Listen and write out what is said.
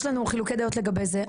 יש לנו חילוקי דעות לגבי זה,